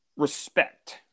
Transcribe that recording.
respect